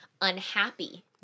unhappy